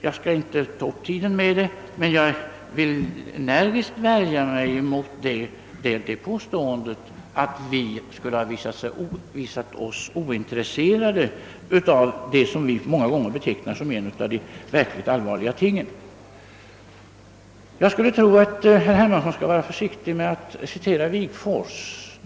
Jag skall inte ta upp tiden med dem, men jag vill energiskt värja mig mot påståendet att vi skulle ha visat oss ointresserade av det som vi många gånger betecknat som en av de verkligt allvarliga frågorna. Herr Hermansson bör nog vara försiktig med att citera herr Wigforss.